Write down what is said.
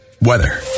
Weather